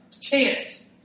chance